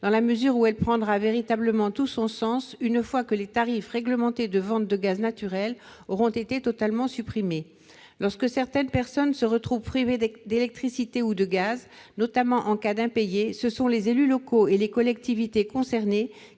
dans la mesure où elle prendra véritablement tout son sens une fois que les tarifs réglementés de vente du gaz naturel auront été totalement supprimés. Lorsque certaines personnes se retrouvent privées d'électricité ou de gaz, notamment en cas d'impayés, ce sont les élus locaux et les collectivités concernées